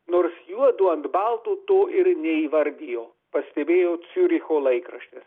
nors juodu ant balto to ir neįvardijo pastebėjo ciuricho laikraštis